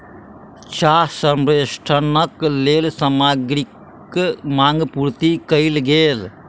चाह संवेष्टनक लेल सामग्रीक मांग पूर्ति कयल गेल